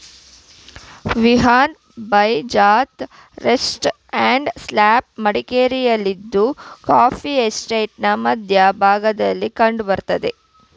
Vivanta by Taj resort and spa ಮಡಿಕೇರಿಯಲ್ಲಿದ್ದು coffee ಎಸ್ಟೇಟ್ನ ಮಧ್ಯ ಭಾಗದಲ್ಲಿ ಕಂಡ್ ಬರ್ತದೆ